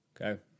Okay